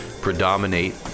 predominate